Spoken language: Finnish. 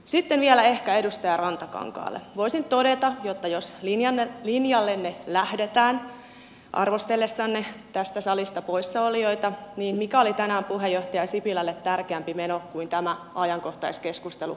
sitten vielä ehkä edustaja rantakankaalle voisin todeta että jos linjallenne lähdetään arvostellessanne tästä salista poissaolijoita niin mikä oli tänään puheenjohtaja sipilälle tärkeämpi meno kuin tämä ajankohtaiskeskustelu maataloudesta